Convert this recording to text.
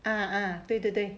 ah ah 对对对